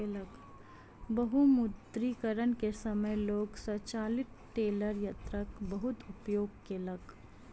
विमुद्रीकरण के समय लोक स्वचालित टेलर यंत्रक बहुत उपयोग केलक